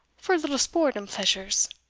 for a little sport and pleasures.